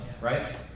right